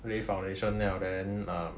lay foundation then after that err